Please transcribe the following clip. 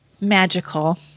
magical